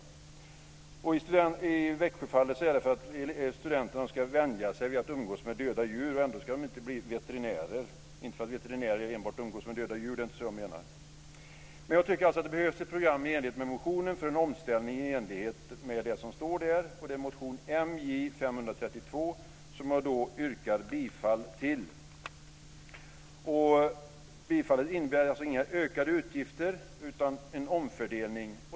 I Växjöfallet är det för att studenterna ska vänja sig vid att umgås med döda djur. Ändå ska de inte bli veterinärer. Inte för att veterinärer enbart umgås med döda djur - det är inte så jag menar. Jag tycker att det behövs ett program för en omställning i enlighet med det som står i motionen. Det är motion MJ532 som jag yrkar bifall till. Bifallet innebär inga ökade utgifter utan en omfördelning.